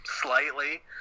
slightly